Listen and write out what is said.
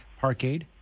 parkade